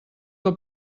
que